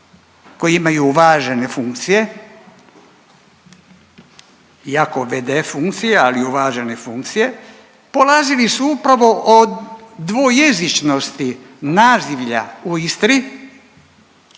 koji imaju važne funkcije, iako v.d. funkcije, ali uvažene funkcije polazili su upravo od dvojezičnosti nazivlja u Istri